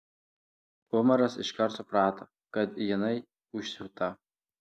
umaras iškart suprato kad jinai užsiūta